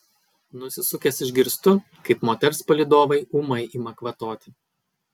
nusisukęs išgirstu kaip moters palydovai ūmai ima kvatoti